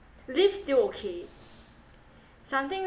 lift still okay something